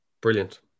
brilliant